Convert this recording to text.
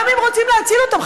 גם אם רוצים להציל אותם,